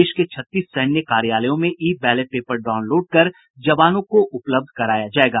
देश के छत्तीस सैन्य कार्यालयों में ई बैलेट पेपर डाउनलोड कर जवानों को उपलब्ध कराया जायेगा